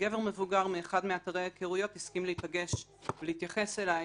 גבר מבוגר מאחד מאתרי ההיכרויות הסכים להיפגש ולהתייחס אליי